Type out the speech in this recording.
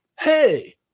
Hey